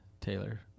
Taylor